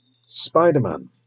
Spider-Man